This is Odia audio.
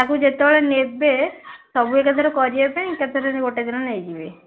ତାଙ୍କୁ ଯେତେବେଳେ ନେବେ ସବୁ ଏକା ଥରକେ କରିବାପାଇଁ ଏକା ଥରକେ ଗୋଟେ ଦିନରେ ନେଇଯିବେ